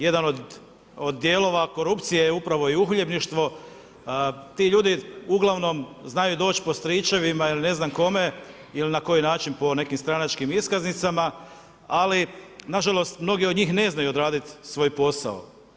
Jedan od dijelova korupcije je upravo i uhljebništvo, ti ljudi uglavnom znaju doć po stričevima ili ne znam kome ili na koji način po nekim stranačkim iskaznicama, ali nažalost mnogi od njih ne znaju odraditi svoj posao.